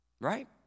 right